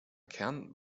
kern